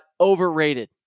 overrated